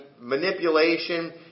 manipulation